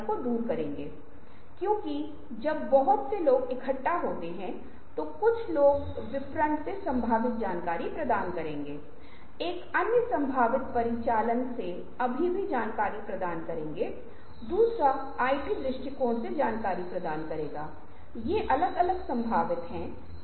एनालॉगसादृश्य बहुत बहुत शक्तिशाली हैं एनालॉग का उपयोग बहुत रचनात्मक रूप से किया जा सकता है आपके पास जैविक एनालॉग हो सकते हैं आपके पास यांत्रिक समस्याओं को हल करने के लिए एनालॉग हो सकते हैं जो वास्तव में है अगर आप दा विंची के कृतियों को देख रहे हैं जाहिर है उसने भी उड़ने वाली मशीन को देखा जो पक्षी है उड़ान मशीनों के अपने विचारों को विकसित करने के लिए